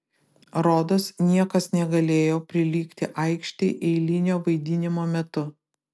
rodos niekas negalėjo prilygti aikštei eilinio vaidinimo metu